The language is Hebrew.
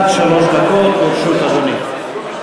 עד שלוש דקות לרשות אדוני.